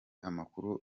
amakuru